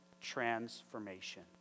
transformation